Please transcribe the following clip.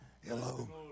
Hello